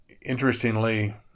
interestingly